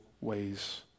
ways